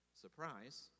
Surprise